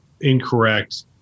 incorrect